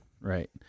right